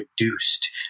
reduced